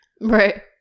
right